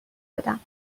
بدم